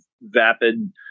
vapid